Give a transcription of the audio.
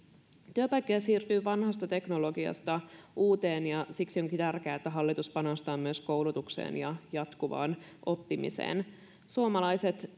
työpaikkoja siirtyy vanhasta teknologiasta uuteen ja siksi onkin tärkeää että hallitus panostaa myös koulutukseen ja jatkuvaan oppimiseen suomalaiset